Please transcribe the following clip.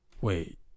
Wait